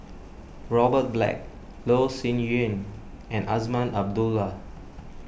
Robert Black Loh Sin Yun and Azman Abdullah